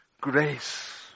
Grace